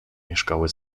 mieszkały